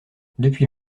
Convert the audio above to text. depuis